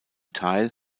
teil